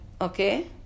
Okay